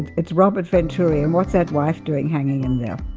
it's robert venturi and what's that wife doing hanging in there?